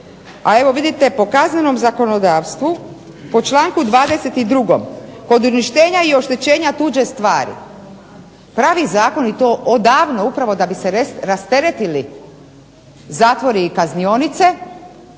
Evo vidite po Kaznenom zakonodavstvu po članku 22. kod uništenja i oštećenja tuđe stvari, pravi zakoni to odavno upravo da bi se rasteretili zatvori i kaznionice